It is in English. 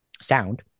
sound